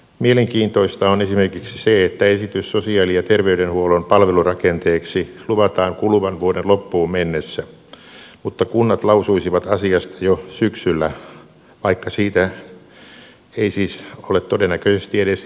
mielenkiintoista on esimerkiksi se että esitys sosiaali ja terveydenhuollon palvelurakenteeksi luvataan kuluvan vuoden loppuun mennessä mutta kunnat lausuisivat asiasta jo syksyllä vaikka siitä ei siis ole todennäköisesti edes esitystä silloin